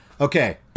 Okay